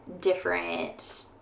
different